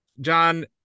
John